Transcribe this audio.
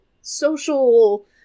social